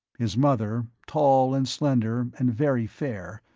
his mother, tall and slender and very fair,